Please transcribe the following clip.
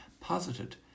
posited